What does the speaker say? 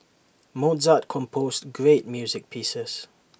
Mozart composed great music pieces